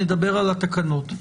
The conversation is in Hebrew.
נדבר על התקנות,